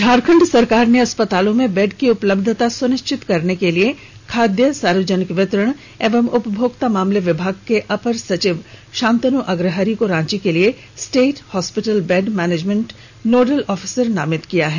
झारखंड सरकार ने अस्पतालों में बेड की उपलब्धता सुनिश्चित करने के लिए खाद्य सार्वजनिक वितरण एवं उपभोक्ता मामले विभाग के अपर सचिव शांतनु अग्रहरि को रांची के लिए state hospital bed management nodal officer नामित किया है